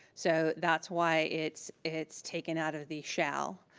so that's why it's it's taken out of the shall,